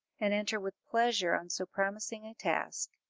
and enter with pleasure on so promising a task.